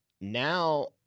Now